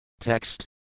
Text